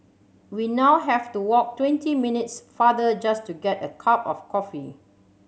we now have to walk twenty minutes farther just to get a cup of coffee